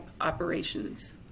operations